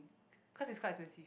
cause it's quite expensive